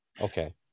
Okay